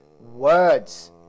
words